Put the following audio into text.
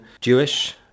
Jewish